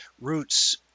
roots